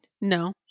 No